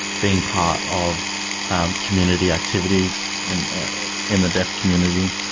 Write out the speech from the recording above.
being part of um community activities in in the deaf community,